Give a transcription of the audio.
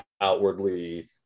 outwardly